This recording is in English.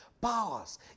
powers